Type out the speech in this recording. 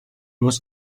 was